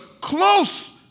close